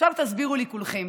עכשיו תסבירו לי כולכם,